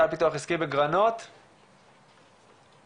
תודה רבה על האפשרות להגיד ולהתייחס.